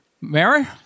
Mary